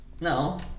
No